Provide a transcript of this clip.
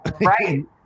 Right